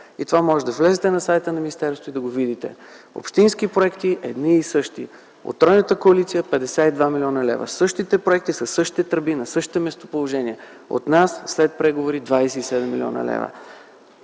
лв. Можете да влезете на сайта на министерството и да го видите. Общински проекти - едни и същи. От тройната коалиция - 52 млн. лв. Същите проекти със същите тръби, на същите местоположения - от нас след преговори - 27 млн. лв.